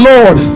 Lord